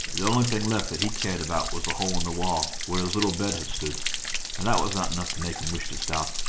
the only thing left that he cared about was the hole in the wall where his little bed had stood and that was not enough to make him wish to stop.